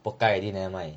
pok kai already nevermind